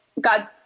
God